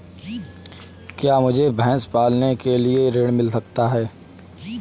क्या मुझे भैंस पालने के लिए ऋण मिल सकता है?